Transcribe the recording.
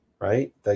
right